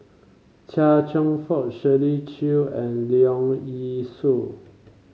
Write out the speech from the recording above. Chia Cheong Fook Shirley Chew and Leong Yee Soo